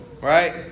right